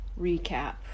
recap